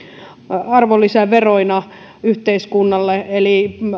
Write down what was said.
arvonlisäveroina yhteiskunnalle eli